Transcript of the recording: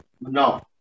No